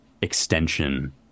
extension